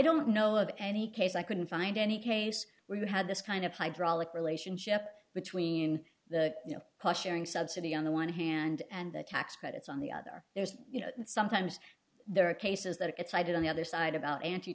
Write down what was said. don't know of any case i couldn't find any case where you had this kind of hydraulic relationship between the you know pushing subsidy on the one hand and the tax credits on the other there's you know sometimes there are cases that it's cited on the other side about anti